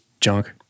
junk